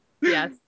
Yes